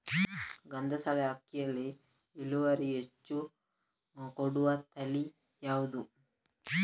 ಗಂಧಸಾಲೆ ಅಕ್ಕಿಯಲ್ಲಿ ಇಳುವರಿ ಹೆಚ್ಚು ಕೊಡುವ ತಳಿ ಯಾವುದು?